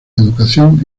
educación